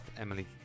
Emily